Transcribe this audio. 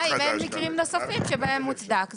השאלה אם יש מקרים נוספים שבהם מוצדק.